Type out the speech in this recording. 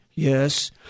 Yes